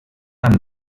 amb